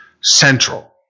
central